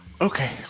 Okay